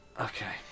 Okay